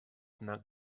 fnac